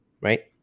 Right